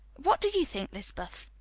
what do you think, lizabeth?